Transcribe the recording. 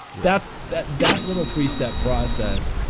that's that that little three step process.